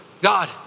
God